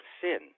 sin